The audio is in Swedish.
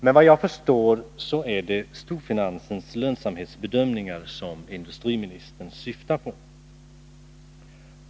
Nej, såvitt jag förstår är det storfinansens lönsamhetsbedömningar som industriministern syftar på.